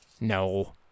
No